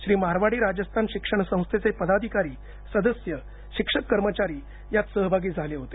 श्री मारवाडी राजस्थानशिक्षण संस्थेचे पदाधिकारी सदस्य शिक्षक कर्मचारी त्यात सहभागी झाले होते